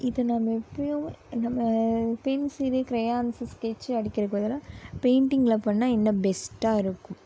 இதை நாம் எப்போயுமே நம்ம பெயிண்ட்ஸு இது கிரெயான்ஸு ஸ்கெட்ச்சு அடிக்கிறக்கு பதிலாக பெயிண்ட்டிங்கில் பண்ணால் இன்னும் பெஸ்ட்டாக இருக்கும்